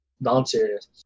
non-serious